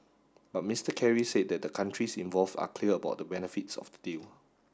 but Mister Kerry said that the countries involve are clear about the benefits of the deal